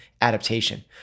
adaptation